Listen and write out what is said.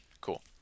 Cool